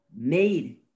Made